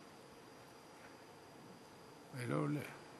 ההצעה להעביר את הצעת חוק השמות (תיקון מס' 6)